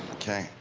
ok,